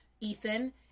Ethan